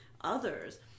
others